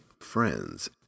friends